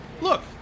Look